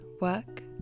work